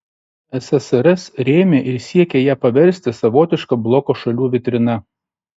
ssrs rėmė ir siekė ją paversti savotiška bloko šalių vitrina